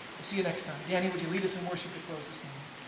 we'll see you next time. danny, would you lead us in worship to close this morning?